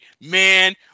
man